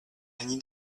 need